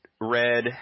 red